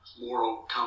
moral